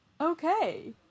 Okay